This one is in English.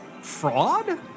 fraud